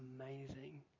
amazing